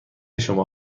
شما